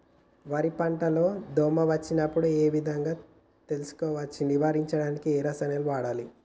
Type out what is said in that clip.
వరి పంట లో దోమ వచ్చినప్పుడు ఏ విధంగా తెలుసుకోవచ్చు? నివారించడానికి ఏ రసాయనాలు వాడాలి?